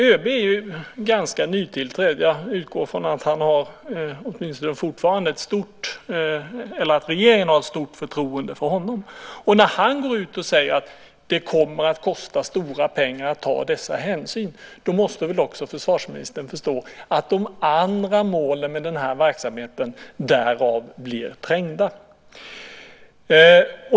ÖB är ganska nytillträdd. Jag utgår från att regeringen åtminstone fortfarande har ett stort förtroende för honom. När han går ut och säger att det kommer att kosta stora pengar att ta dessa hänsyn måste väl också försvarsministern förstå att de andra målen med verksamheten därmed blir trängda.